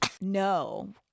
no